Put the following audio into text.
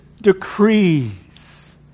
decrees